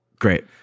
Great